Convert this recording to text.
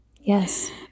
Yes